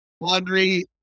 laundry